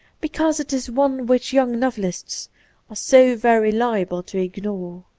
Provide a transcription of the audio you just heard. because it is one which young novelists are so very liable to ignore.